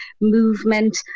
movement